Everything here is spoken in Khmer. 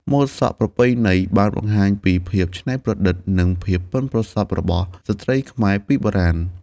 ម៉ូតសក់ប្រពៃណីបានបង្ហាញពីភាពច្នៃប្រឌិត និងភាពប៉ិនប្រសប់របស់ស្ត្រីខ្មែរពីបុរាណ។